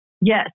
yes